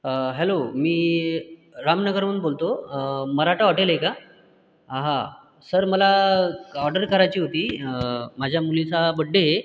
hello मी रामनगरवरून बोलतो मराठा हॉटेल आहे का हां सर मला ऑर्डर करायची होती माझ्या मुलीचा बड्डे आहे